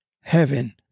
heaven